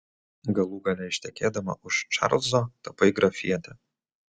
galų gale ištekėdama už čarlzo tapai grafiene